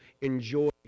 enjoy